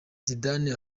zidane